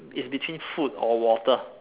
is between food or water